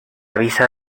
avisa